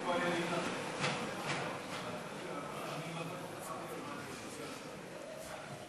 ההצעה להעביר את הצעת חוק העונשין (תיקון,